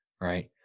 right